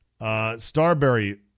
Starberry